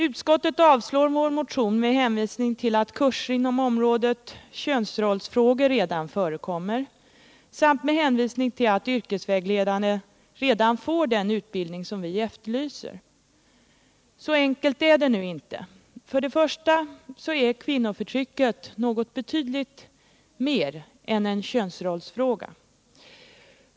Utskottet avstyrker vår motion med hänvisning till att kurser inom området könsrollsfrågor redan förekommer samt med hänvisning till att yrkesvägledarna redan nu får den utbildning som vi efterlyser. Så enkelt är det nu inte. För det första är kvinnoförtrycket något betydligt mer än en könsrollsfråga.